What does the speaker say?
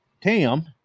Tam